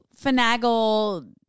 finagle